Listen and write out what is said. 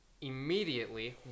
Immediately